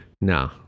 No